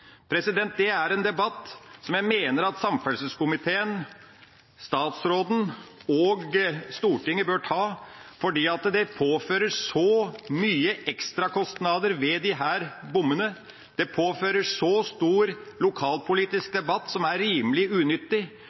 er en debatt som jeg mener at samferdselskomiteen, statsråden og Stortinget bør ta, for det fører til så mye ekstrakostnader ved disse bommene, det fører til så stor lokalpolitisk debatt som er rimelig unyttig,